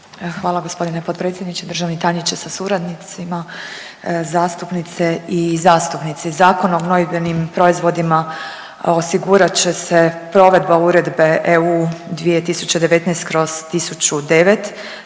Hvala gospodine potpredsjedniče. Državni tajniče sa suradnicima, zastupnice i zastupnici, Zakonom o gnojidbenim proizvodima osigurat će se provedba Uredbe EU 2019/1009